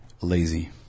lazy